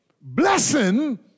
blessing